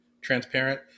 transparent